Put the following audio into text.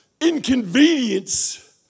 inconvenience